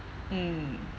mm